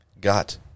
got